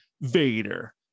Vader